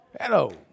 Hello